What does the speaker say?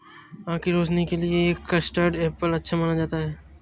आँखों की रोशनी के लिए भी कस्टर्ड एप्पल अच्छा माना जाता है